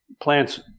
plants